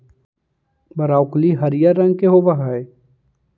broccoli हरियर रंग के होब हई